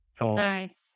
Nice